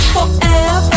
Forever